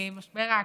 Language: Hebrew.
משבר האקלים,